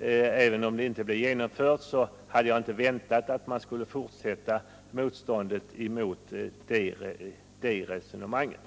Även om åtgärder av det slaget inte vidtogs, så hade jag inte väntat mig att socialdemokraterna nu skulle motsätta sig dessa beslut.